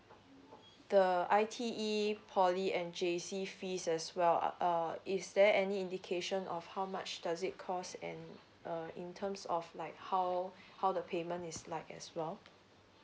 the I_T_E P_O_L_Y and J_C fees as well uh is there any indication of how much does it cost and uh in terms of like how how the payment is like as well